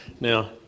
Now